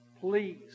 Please